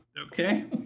Okay